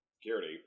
security